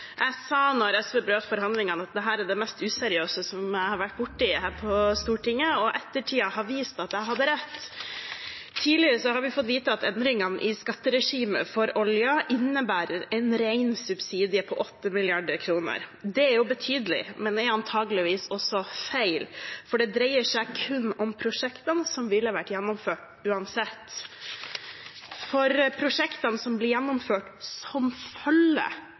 Jeg sa da SV brøt forhandlingene, at dette var det mest useriøse jeg hadde vært borti her på Stortinget, og ettertiden har vist at jeg hadde rett. Tidligere har vi fått vite at endringene i skatteregimet for oljen innebærer en ren subsidie på 8 mrd. kr. Det er jo betydelig, men antageligvis også feil, for det dreier seg kun om prosjektene som ville vært gjennomført uansett. For prosjektene som blir gjennomført som